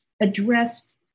address